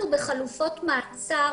בחלופות מעצר